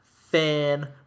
fan